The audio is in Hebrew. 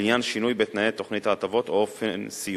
לעניין שינוי בתנאי תוכנית ההטבות או באופן סיומה.